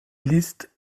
liszt